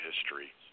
history